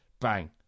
Bang